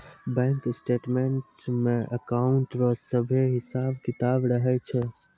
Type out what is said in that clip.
bank statements मे account रो सभे हिसाब किताब रहै छै